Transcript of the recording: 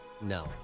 no